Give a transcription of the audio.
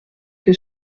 que